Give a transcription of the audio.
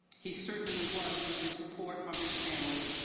he certainly was with his support from his family.